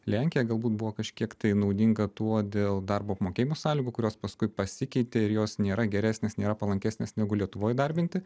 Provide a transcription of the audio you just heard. lenkija galbūt buvo kažkiek tai naudinga tuo dėl darbo apmokėjimo sąlygų kurios paskui pasikeitė ir jos nėra geresnės nėra palankesnės negu lietuvoj įdarbinti